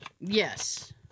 Yes